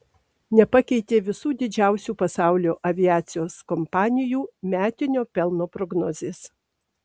nepakeitė visų didžiausių pasaulio aviacijos kompanijų metinio pelno prognozės